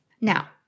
Now